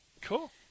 Cool